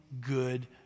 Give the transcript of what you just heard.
good